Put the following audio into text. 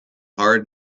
hard